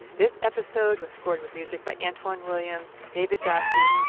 this episode was scored with music by antwan williams, david jassy,